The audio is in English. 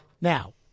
Now